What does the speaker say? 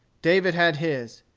david had his.